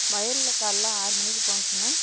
வயலில் காலில் ஆறு மணிக்கு போணுச்சின்னால்